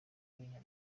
urwenya